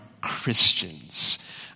Christians